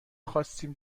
خواستیم